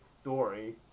story